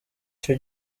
cyo